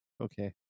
Okay